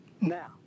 Now